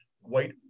white